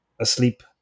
asleep